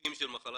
מסיבוכים של מחלת